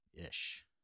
Ish